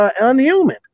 unhuman